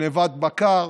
גנבת בקר,